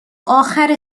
آخر